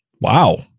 Wow